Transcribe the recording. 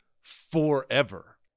forever